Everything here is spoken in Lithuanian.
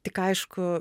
tik aišku